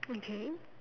okay